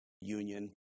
Union